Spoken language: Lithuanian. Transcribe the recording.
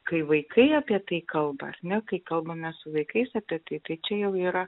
kai vaikai apie tai kalba ar ne kai kalbamės su vaikais apie tai tai čia jau yra